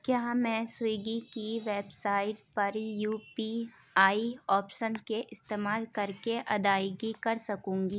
کیا میں سوئگی کی ویب سائٹ پر یو پی آئی آپشن کے استعمال کر کے ادائیگی کر سکوں گی